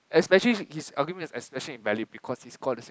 especially in